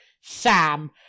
Sam